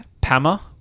Pama